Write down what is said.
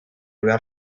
behar